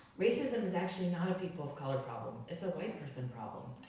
racism is actually not a people of color problem. it's a white person problem.